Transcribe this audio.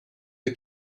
der